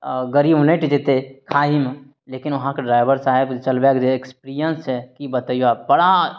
गाड़ी उनटि जेतय खाइमे लेकिन वहाँके ड्राइवर साहबके चलबयके जे एक्सपीरियेन्स छै कि बतैयो बड़ा